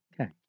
Okay